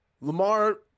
Lamar